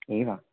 एवं